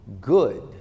good